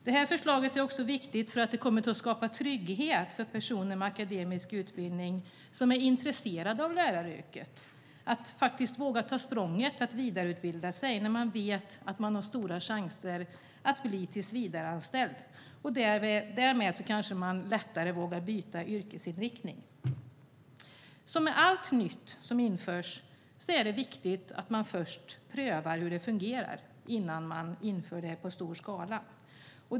Det här förslaget är också viktigt för att det kommer att skapa trygghet för personer med akademisk utbildning som är intresserade av läraryrket att våga ta språnget att vidareutbilda sig när de vet att de har stora chanser att bli tillsvidareanställda. Därmed vågar de kanske lättare byta yrkesinriktning. Som med allt nytt som införs är det viktigt att man först prövar hur det fungerar innan man inför det i stor skala.